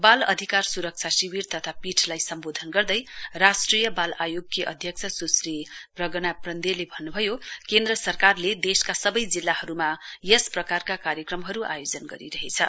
बाल अधिकार सुरक्षा शिविर तथा तथा पीठलाई सम्वेधन गर्दै राष्ट्रिय बल आयोगकी अध्यक्ष सुश्री प्रगना प्रन्देले भन्नुभयो केन्द्र सरकारले देशका सबै जिल्लाहरूमा यस प्रकारका कार्यक्रमहरू आयोजन गरिरहेछ